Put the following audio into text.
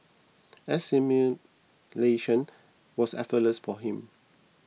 assimilation was effortless for him